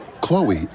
Chloe